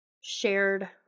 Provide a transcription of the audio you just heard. shared